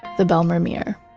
the bijlmermeer